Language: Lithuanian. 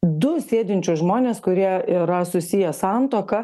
du sėdinčius žmones kurie yra susiję santuoka